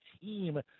team